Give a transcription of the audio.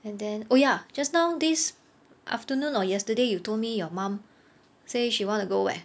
and then oh ya just now this afternoon or yesterday you told me your mum say she want to go where